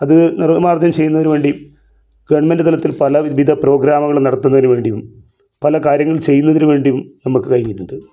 അത് നിർമാർജ്ജനം ചെയ്യുന്നയിന് വേണ്ടി ഗെവൺമെൻട് തലത്തിൽ പല വിവിധ പ്രോഗ്രാമ്മുകൾ നടത്തുന്നതിന് വേണ്ടിയും പല കാര്യങ്ങൾ ചെയ്യുന്നതിന് വേണ്ടിയും നമുക്ക് കഴിഞ്ഞിട്ടുണ്ട്